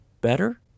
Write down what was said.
better